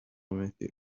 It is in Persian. مهدی